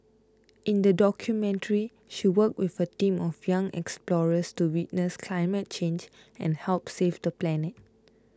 in the documentary she worked with a team of young explorers to witness climate change and help save the planet